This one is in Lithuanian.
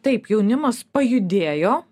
taip jaunimas pajudėjo